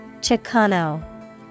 Chicano